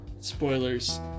Spoilers